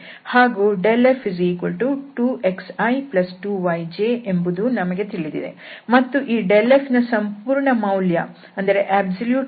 ಹಾಗೂ ∇f2xi2yj ಎಂಬುದೂ ನಮಗೆ ತಿಳಿದಿದೆ ಮತ್ತು ಈ f ನ ಸಂಪೂರ್ಣ ಮೌಲ್ಯ 4x24y2